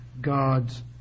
God's